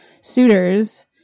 suitors